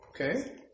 Okay